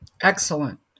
Excellent